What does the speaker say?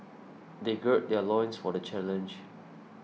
they gird their loins for the challenge